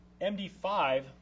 MD5